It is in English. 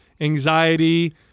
anxiety